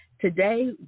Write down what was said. Today